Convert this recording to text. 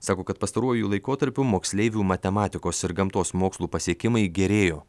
sako kad pastaruoju laikotarpiu moksleivių matematikos ir gamtos mokslų pasiekimai gerėjo